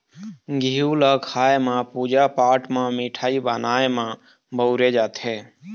घींव ल खाए म, पूजा पाठ म, मिठाई बनाए म बउरे जाथे